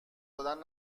دادن